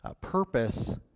purpose